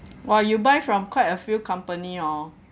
!wah! you buy from quite a few company hor